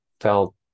felt